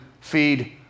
feed